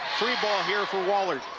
free ball here for wahlert